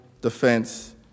defense